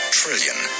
trillion